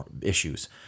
issues